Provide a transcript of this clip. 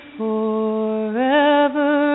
forever